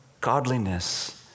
godliness